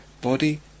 body